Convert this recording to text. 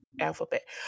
alphabet